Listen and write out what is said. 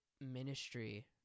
ministry